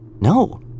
No